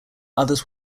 others